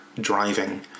driving